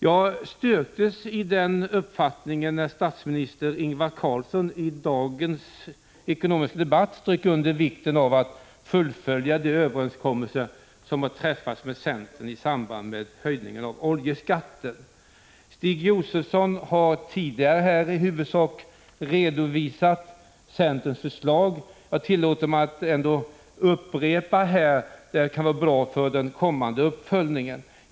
Jag styrktes i denna uppfattning när statsminister Ingvar Carlsson i dagens ekonomiska debatt strök under vikten av att fullfölja de överenskommelser som träffats med centern i samband med höjningen av oljeskatten. Stig Josefson har tidigare i huvudsak redovisat centerns förslag. Jag tillåter mig ändå att upprepa det här. Det kan vara bra för den kommande uppföljningen.